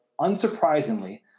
unsurprisingly